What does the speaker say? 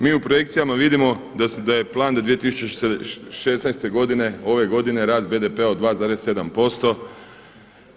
Mi u projekcijama vidimo da je plan do 2016. godine, ove godine rast BDP-a od 2,7%